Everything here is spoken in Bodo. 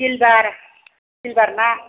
सिलबार ना